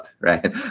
right